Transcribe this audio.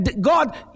God